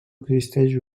existeix